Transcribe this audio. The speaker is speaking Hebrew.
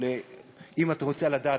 אם את רוצה לדעת,